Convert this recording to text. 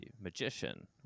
magician